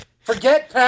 Forget